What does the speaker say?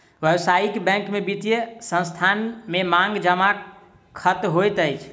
व्यावसायिक बैंक में वित्तीय संस्थान के मांग जमा खता होइत अछि